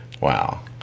Wow